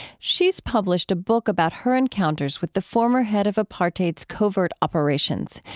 she's published a book about her encounters with the former head of apartheid's covert operations,